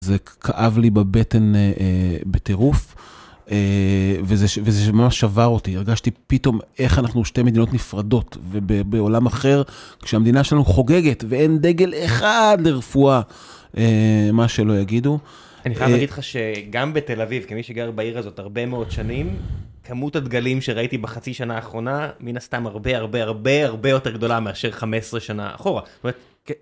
זה כאב לי בבטן בטירוף, וזה ממש שבר אותי. הרגשתי, פתאום, איך אנחנו שתי מדינות נפרדות, ובעולם אחר, כשהמדינה שלנו חוגגת, ואין דגל אחד לרפואה, מה שלא יגידו. אני יכול להגיד לך שגם בתל אביב, כמי שגר בעיר הזאת הרבה מאוד שנים, כמות הדגלים שראיתי בחצי שנה האחרונה, מן הסתם הרבה הרבה הרבה הרבה יותר גדולה מאשר 15 שנה אחורה.